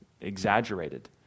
exaggerated